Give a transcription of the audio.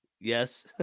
Yes